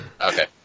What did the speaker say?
okay